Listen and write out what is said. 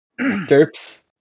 Derps